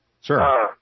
Sure